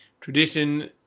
tradition